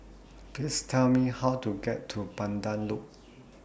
Please Tell Me How to get to Pandan Loop